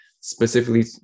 specifically